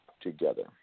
together